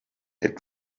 had